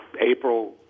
april